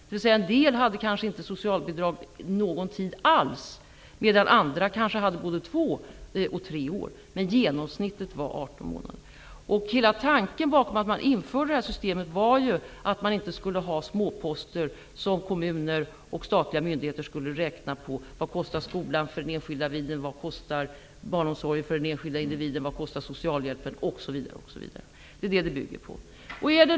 En del hade kanske inte socialbidrag under någon tid alls medan andra kanske hade socialbidrag under både två och tre år, men genomsnittet var 18 Hela tanken bakom att införa detta system var att man inte skulle ha småposter som kommuner och statliga myndigheter skulle räkna på: Vad kostar skolan för den enskilda individen?, Vad kostar barnomsorgen för den enskilda individen?, Vad kostar socialhjälpen?, osv. Det är detta systemet bygger på.